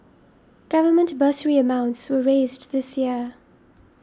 government bursary amounts were raised this year